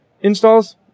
installs